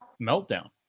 meltdown